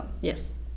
Yes